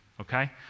okay